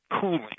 cooling